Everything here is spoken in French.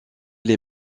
les